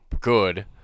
good